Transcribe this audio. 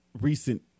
recent